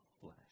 flesh